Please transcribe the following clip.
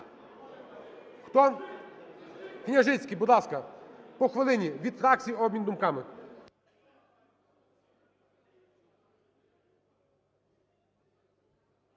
Хто? Княжицький, будь ласка. По хвилині від фракцій обмін думками.